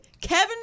Kevin